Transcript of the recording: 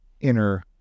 inner